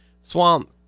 Swamp